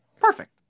Perfect